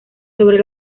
sobre